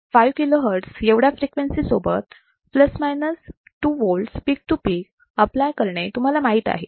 5 kilohertz एवढ्या frequency सोबत plus minus 2 volts peak to peak आपलाय करणे तुम्हाला माहित आहे